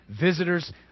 visitors